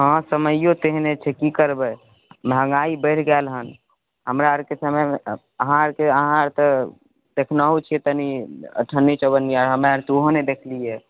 हाँ समयौ तेहने छै की करबै महगाइ बढ़ि गेल हन हमरा अरके समयमे अहाँ आर अहाँ तऽ देखनहो छियै तनि अट्ठन्नी चवन्नी आओर हमरा आर तऽ उहो नहि देखलियै